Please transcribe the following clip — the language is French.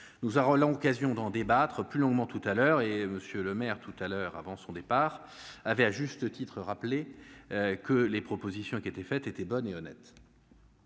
nous à Roland, occasion d'en débattre plus longuement tout à l'heure et monsieur maire tout à l'heure avant son départ avait à juste titre, rappeler que les propositions qui étaient faites était bonne et honnête.